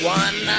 one